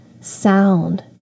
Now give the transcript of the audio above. sound